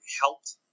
helped